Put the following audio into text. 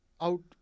out